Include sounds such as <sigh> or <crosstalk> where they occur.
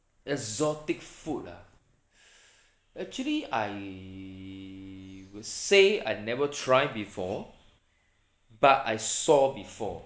exotic food ah <breath> actually I will say I never try before but I saw before